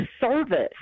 service